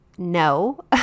No